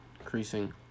Increasing